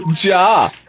Ja